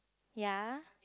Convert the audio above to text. ya